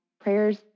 prayers